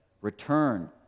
Return